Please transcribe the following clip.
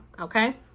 Okay